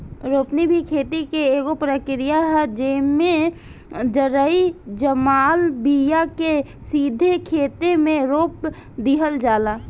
रोपनी भी खेती के एगो प्रक्रिया ह, जेइमे जरई जमाल बिया के सीधे खेते मे रोप दिहल जाला